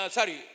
Sorry